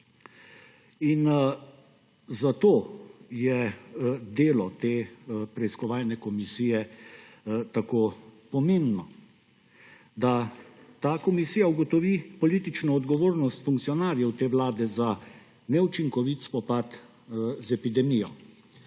Zato je delo te preiskovalne komisije tako pomembno – da ta komisija ugotovi politično odgovornost funkcionarjev te vlade za neučinkovit spopad z epidemijo.